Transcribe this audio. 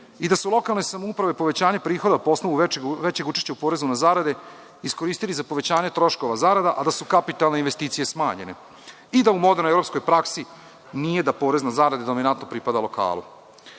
i da su lokalne samouprave povećanje prihoda po osnovu većeg učešća u porezu na zarade iskoristili za povećanje troškova zarada, a da su kapitalne investicije smanjene; i da nije u modernoj evropskoj praksi da porez na zarade dominantno pripada lokalu.U